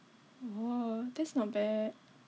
oo that's not bad